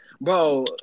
Bro